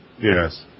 Yes